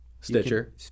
Stitcher